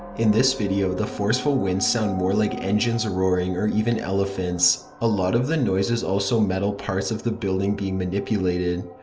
in this video the forceful winds sound more like engines roaring, or even elephants. a lot of the noise is also metal parts of the building being manipulated,